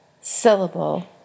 syllable